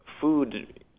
food